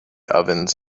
ovens